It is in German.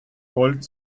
gold